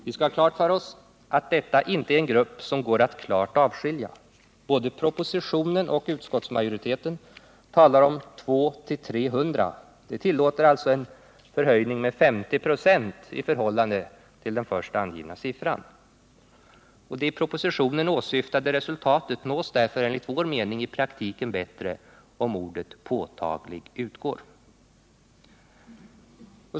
Vi skall ha klart för oss att detta inte är en grupp som går att klart avskilja. Både propositionen och utskottsmajoriteten talar om 200-300 dömda, vilket alltså tillåter en förhöjning med 50 96 i förhållande till den först angivna siffran. Det i propositionen åsyftade resultatet nås därför enligt min mening i praktiken bättre om ordet påtaglig utgår.